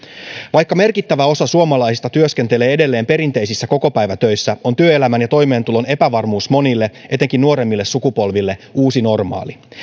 vaikka merkittävä osa suomalaisista työskentelee edelleen perinteisissä kokopäivätöissä on työelämän ja toimeentulon epävarmuus monille etenkin nuoremmille sukupolville uusi normaali